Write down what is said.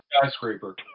Skyscraper